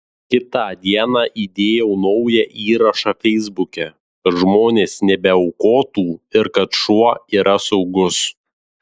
kitą dieną įdėjau naują įrašą feisbuke kad žmonės nebeaukotų ir kad šuo yra saugus